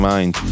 Mind